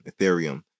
Ethereum